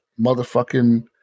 motherfucking